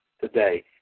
today